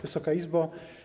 Wysoka Izbo!